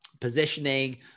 positioning